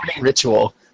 ritual